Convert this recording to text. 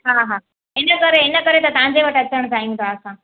हा हा इन करे इन करे त तव्हांजे वटि अचनि चाहियूं था असां